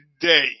day